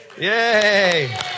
Yay